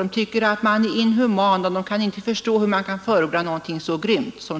De tycker att man är inhuman, de kan inte förstå hur man kan förorda någonting så grymt.